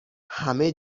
همه